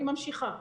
אני ממשיכה.